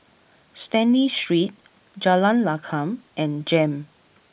Stanley Street Jalan Lakum and Jem